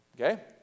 Okay